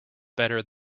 better